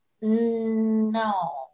no